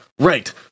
Right